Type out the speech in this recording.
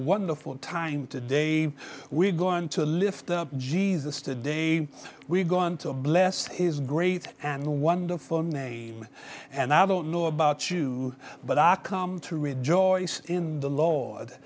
wonderful time to day we're going to lift up jesus to day we've gone to bless his great and wonderful name and i don't know about you but i come to rejoice in the lord